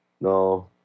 No